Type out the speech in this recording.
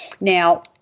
Now